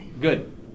Good